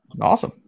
Awesome